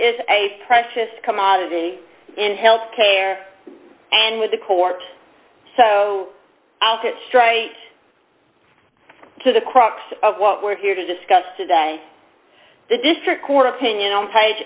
is a precious commodity in health care and with the court so i'll get straight to the crux of what we're here to discuss today the district court opinion on page